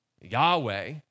Yahweh